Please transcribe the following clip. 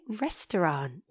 restaurant